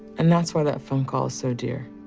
and that's why that phone call is so dear.